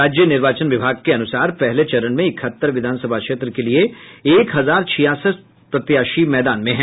राज्य निर्वाचन विभाग के अनुसार पहले चरण में इकहत्तर विधानसभा क्षेत्र के लिये एक हजार छियासठ प्रत्याशी मैदान में हैं